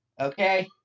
okay